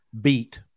beat